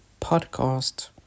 podcast